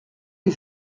les